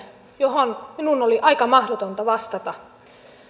johon minun oli aika mahdotonta vastata